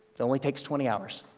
it only takes twenty hours.